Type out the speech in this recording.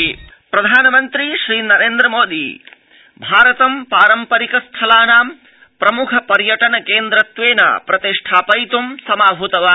प्रधानमन्त्री कोलकाता प्रधानमन्त्री श्रीनरेन्द्र मोदी भारतं पारम्परिक स्थलानां प्रम्ख पर्यटन केन्द्रत्वेन प्रतिष्ठापयित्ं समाहतवान्